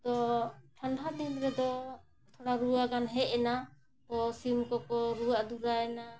ᱛᱳ ᱴᱷᱟᱱᱰᱟ ᱫᱤᱱ ᱨᱮᱫᱚ ᱛᱷᱚᱲᱟ ᱨᱩᱣᱟᱹ ᱜᱟᱱ ᱦᱮᱡᱮᱱᱟ ᱛᱳ ᱥᱤᱢ ᱠᱚᱠᱚ ᱨᱩᱣᱟᱹᱜ ᱫᱩᱨᱟᱣᱮᱱᱟ